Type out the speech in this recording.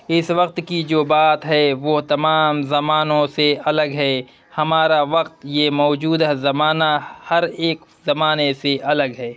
اس وقت کی جو بات ہے وہ تمام زمانوں سے الگ ہے ہمارا وقت یہ موجودہ زمانہ ہر ایک زمانے سے الگ ہے